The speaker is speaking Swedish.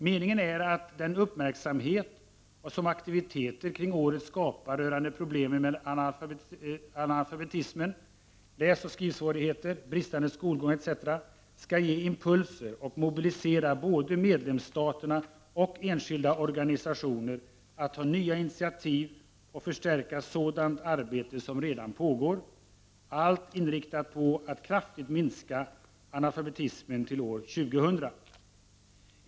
Meningen är att den uppmärksamhet, som aktiviteter kring året skapar rörande problemen med analfabetismen, läsoch skrivsvårigheter, bristande skolgång etc, skall ge impulser och mobilisera både medlemsstaterna och enskilda organisationer att ta nya initiativ och förstärka sådant arbete som re dan pågår, allt inriktat på att kraftigt minska analfabetismen till år 2000.